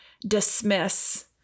dismiss